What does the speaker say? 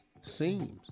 Seems